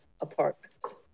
apartments